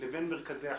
לבין מרכזי החוסן.